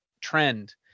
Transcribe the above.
trend